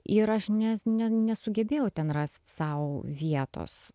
ir aš ne ne nesugebėjau ten rast sau vietos